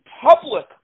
public